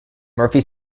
murphy